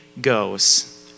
goes